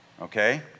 okay